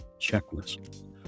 checklist